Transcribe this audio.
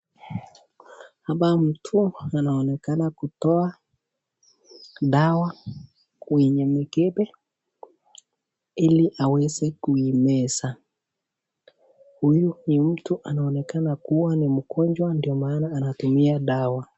Hapa mtu anaonekana kutoa dawa kwenye mikebe ilie aweze kuimeza. Huyu ni mtu anaonekana kuwa ni mgonjwa ndio maana anatumia dawa.